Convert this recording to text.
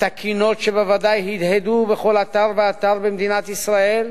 את הקינות שבוודאי הדהדו בכל אתר ואתר במדינת ישראל,